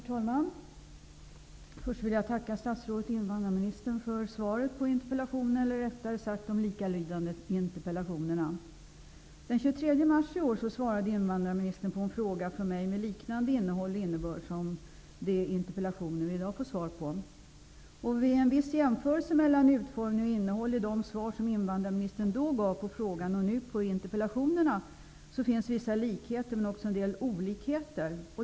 Herr talman! Först vill jag tacka invandrarministern för svaret på de likalydande interpellationerna. Den 23 mars i år svarade invandrarministern på en fråga från mig med liknande innehåll och innebörd som de interpellationer som vi i dag får svar på. Vid en viss jämförelse mellan utformning och innehåll i det svar som invandrarministern då gav på frågan och det som hon nu ger på interpellationerna finner man att det finns vissa likheter men också en del olikheter.